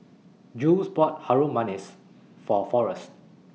Jules bought Harum Manis For Forrest